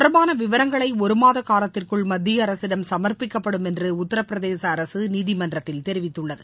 தொடர்பான விவரங்கள ஒருமாத காலத்திற்குள் மத்தியஅரசிடம் சமர்ப்பிக்கப்படும் என்று இங உத்தரப்பிரதேச அரசு நீதிமன்றத்தில் தெரிவித்துள்ளது